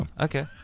Okay